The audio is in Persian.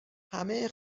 همه